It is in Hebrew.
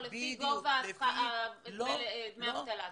או לפי גובה דמי אבטלה?